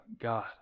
God